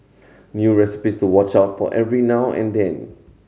new recipes to watch out for every now and then